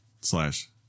slash